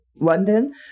London